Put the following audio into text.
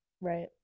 Right